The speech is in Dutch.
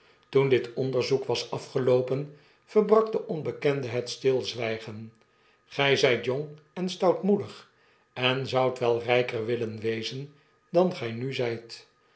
toen dit onderzoek was afgeloopen verbrak de onbekendehetstilzwijgen gy zijt jong en stoutmoedig en zoudt wel rper willen wezen dan gij nu zyt